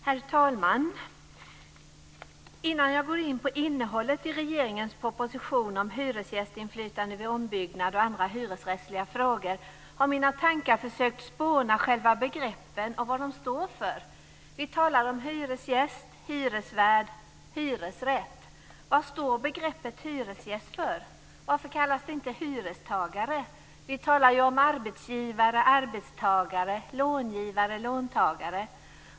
Herr talman! Innan jag går in på innehållet i regeringens proposition om hyresgästinflytande vid ombyggnad och andra hyresrättsliga frågor ska jag försöka spåna kring själva begreppen och vad de står för. Vi talar om hyresgäst, hyresvärd, hyresrätt. Vad står begreppet hyresgäst för? Varför kallas det inte hyrestagare? Vi talar ju om arbetsgivare, arbetstagare, långivare, låntagare.